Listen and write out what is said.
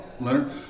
Leonard